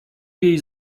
jej